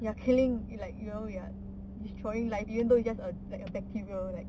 you are killing like you know ya destroying life even though it's just a like a bacteria like